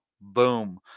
Boom